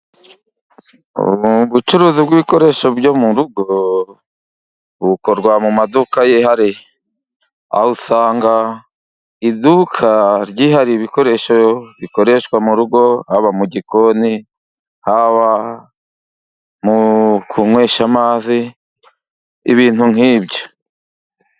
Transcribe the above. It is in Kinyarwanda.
Ubucuruzi bw'ibikoresho byo mu rugo bukorwa mu maduka yihariye. Aho usanga iduka ryihariye ibikoresho bikoreshwa mu rugo. Haba mu gikoni, haba mu kunywesha amazi, ibintu nk'ibyo.